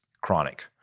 chronic